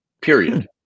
Period